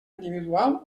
individual